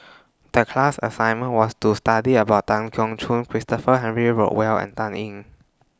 The class assignment was to study about Tan Keong Choon Christopher Henry Rothwell and Dan Ying